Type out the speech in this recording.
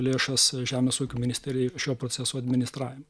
lėšas žemės ūkio ministerijai šio proceso administravimui